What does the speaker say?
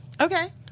Okay